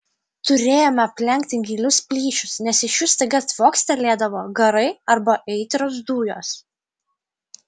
turėjome aplenkti gilius plyšius nes iš jų staiga tvokstelėdavo garai arba aitrios dujos